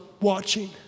watching